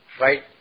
right